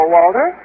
Walter